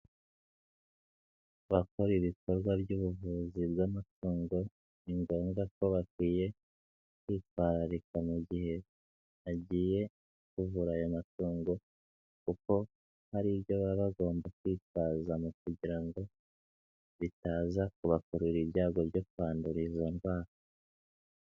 Abakora ibikorwa by'ubuvuzi bw'amatungo ni ngombwa ko bakwiye kwitwararika mu gihe hagiye kuvura ayo matungo kuko hari ibyo baba bagomba kwitwaza mu kugira ngo bitaza kubakurura ibyago byo kwandura izo ndwara.